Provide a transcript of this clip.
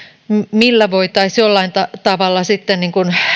millä voitaisiin jollain tavalla sitten